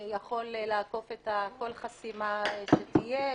יכול לעקוף כל חסימה שתהיה.